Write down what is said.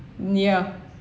ya